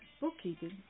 bookkeeping